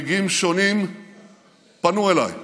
מנהיגים שונים פנו אליי באזור,